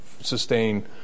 sustain